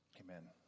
Amen